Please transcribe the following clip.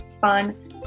fun